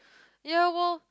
ya well